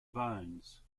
bones